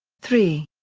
three.